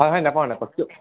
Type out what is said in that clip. হয় হয় নেপাওঁ নেপাওঁ কিয়